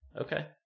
okay